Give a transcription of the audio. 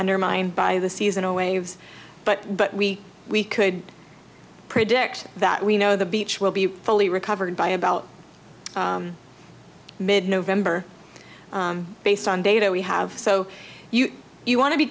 undermined by the seasonal waves but but we we could predict that we know the beach will be fully recovered by about mid november based on data we have so you you want to be